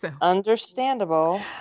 Understandable